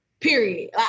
Period